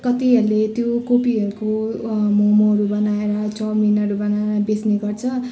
कतिहरूले त्यो कोपीहरूको ममहरू बनाएर चाउमिनहरू बनाएर बेच्ने गर्छ